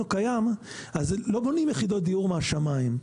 קיים לא בונים יחידות דיור מהשמיים.